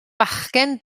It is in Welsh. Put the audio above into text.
fachgen